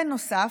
בנוסף,